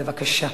בבקשה.